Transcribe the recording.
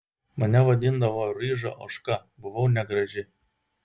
mane vadindavo ryža ožka buvau negraži